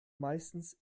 meistens